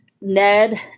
Ned